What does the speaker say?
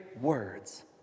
words